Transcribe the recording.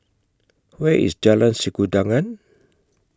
Where IS Jalan Sikudangan